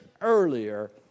earlier